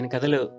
Kadalu